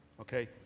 okay